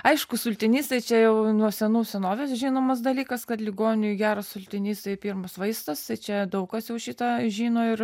aišku sultinys tai čia jau nuo senų senovės žinomas dalykas kad ligoniui geras sultinys tai pirmas vaistas tai čia daug kas jau šitą žino ir